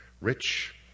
rich